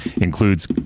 includes